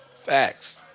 Facts